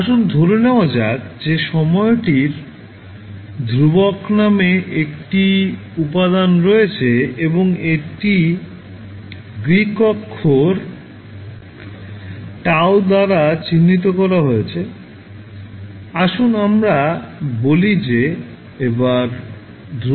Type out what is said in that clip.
আসুন ধরে নেওয়া যাক যে সময়টির ধ্রুবক নামে একটি উপাদান রয়েছে এবং এটি গ্রীক অক্ষর τ দ্বারা চিহ্নিত করা হয়েছে আসুন আমরা বলি যে এবার ধ্রুবক τ RC